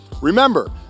remember